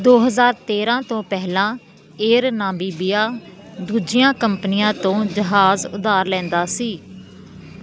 ਦੋ ਹਜ਼ਾਰ ਤੇਰਾਂ ਤੋਂ ਪਹਿਲਾਂ ਏਅਰ ਨਾਮੀਬੀਆ ਦੂਜੀਆਂ ਕੰਪਨੀਆਂ ਤੋਂ ਜਹਾਜ਼ ਉਧਾਰ ਲੈਂਦਾ ਸੀ